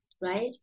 right